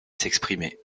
s’exprimer